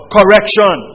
Correction